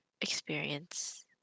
experience